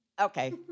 Okay